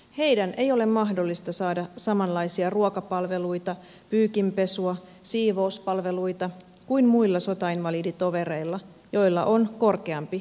heidän ei ole mahdollista saada samanlaisia ruokapalveluita pyykinpesua siivouspalveluita kuin niiden sotainvaliditovereiden joilla on korkeampi invaliditeettiaste